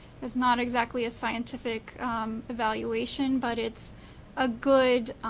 it's not exactly a scientific evaluation but it's a good